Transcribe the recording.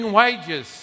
wages